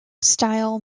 style